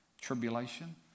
tribulation